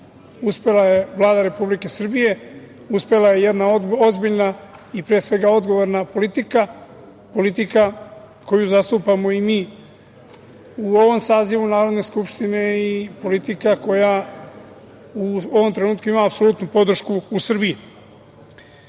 uspela je Vlada Republike Srbije, uspela je jedna ozbiljna i pre svega odgovorna politika, politika koju zastupamo i mi u ovom sazivu Narodne skupštine i politika koja u ovom trenutku ima apsolutnu podršku u Srbiji. Da